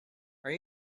are